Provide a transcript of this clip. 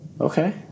Okay